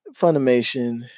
Funimation